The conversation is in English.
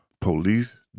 police